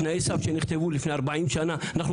תנאי סף שנכתבו לפני ארבעים שנה אנחנו